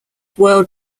world